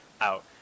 out